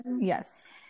Yes